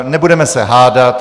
Nebudeme se hádat.